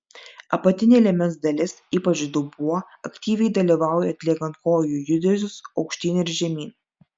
apatinė liemens dalis ypač dubuo aktyviai dalyvauja atliekant kojų judesius aukštyn ir žemyn